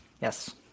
Yes